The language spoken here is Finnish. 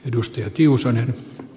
arvoisa puhemies